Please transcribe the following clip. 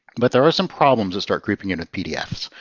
but there are some problems that start creeping in with pdfs.